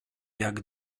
jak